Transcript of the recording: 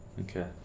Okay